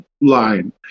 line